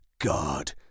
God